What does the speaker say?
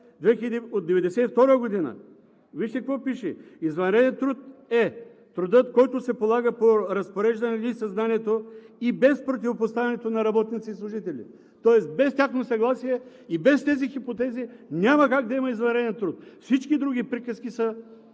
от 1992 г., че извънреден труд е трудът, който се полага по разпореждане, или със знанието, и без противопоставянето на работници и служители, тоест без тяхно съгласие. Без тези хипотези няма как да има извънреден труд. Всички други приказки са